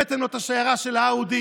הבאתם לו את השיירה של האאודי.